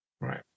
Right